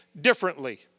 differently